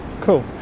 Cool